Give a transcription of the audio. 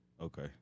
Okay